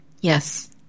Yes